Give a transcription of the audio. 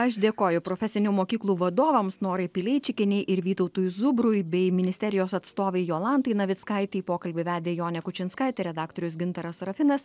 aš dėkoju profesinių mokyklų vadovams norai pileičikienei ir vytautui zubrui bei ministerijos atstovei jolantai navickaitei pokalbį vedė jonė kučinskaitė redaktorius gintaras serafinas